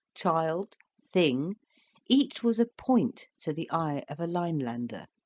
child, thing each was a point to the eye of a linelander.